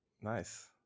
Nice